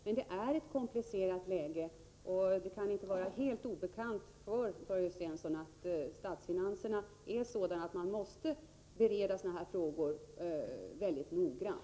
Men det är ett komplicerat läge. Det kan inte vara helt obekant för Börje Stensson att statsfinanserna är sådana att man måste bereda sådana här frågor mycket noggrant.